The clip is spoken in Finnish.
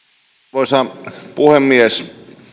arvoisa puhemies